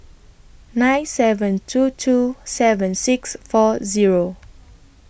nine seven two two seven six four Zero